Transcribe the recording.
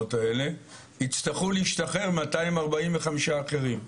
המקומות האלה, יצטרכו להשתחרר 245 אחרים.